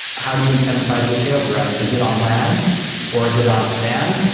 how do you incentivize your sales reps? is it on land or is it on span?